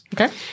Okay